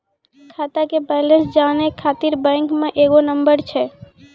खाता के बैलेंस जानै ख़ातिर बैंक मे एगो नंबर छै?